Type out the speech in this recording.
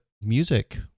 music